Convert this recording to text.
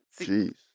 Jeez